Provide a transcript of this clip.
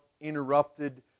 interrupted